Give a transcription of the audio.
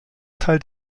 teil